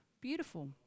beautiful